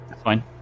Fine